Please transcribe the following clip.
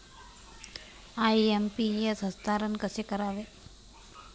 IMPS हस्तांतरण कसे करावे?